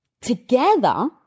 together